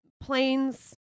planes